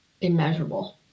immeasurable